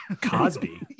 Cosby